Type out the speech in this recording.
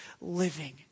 living